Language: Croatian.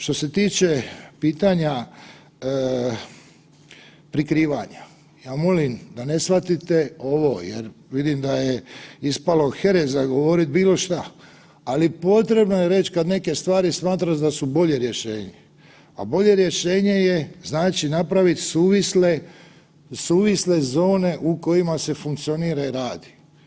Što se tiče pitanja prikrivanja, ja molim da ne shvatite ovo jer vidim da je ispalo hereza govoriti bilo šta, ali potrebno je reći kada neke stvari smatraš da su bolje rješenje, pa bolje rješenje je napraviti suvisle zone u kojima se funkcionira i radi.